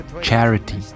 charity